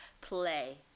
play